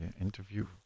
interview